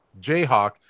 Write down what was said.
Jayhawk